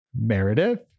meredith